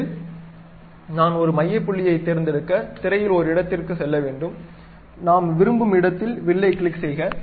முதலில் நான் ஒரு மைய புள்ளியைத் தேர்ந்தெடுக்க திரையில் ஒரு இடத்திற்குச் செல்ல வேண்டும் நாம் விரும்பும் இடத்தில் வில்லை கிளிக் செய்க